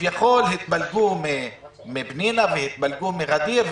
שכביכול התפלגו מפנינה והתפלגו מע'דיר.